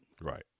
Right